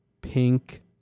pink